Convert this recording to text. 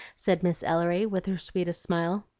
said miss ellery, with her sweetest smile.